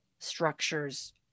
structures